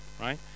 right